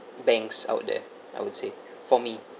banks out there I would say for me